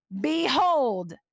behold